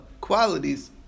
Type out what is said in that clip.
qualities